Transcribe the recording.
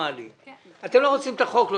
אתם לא רוצים את החוק?